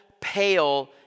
pale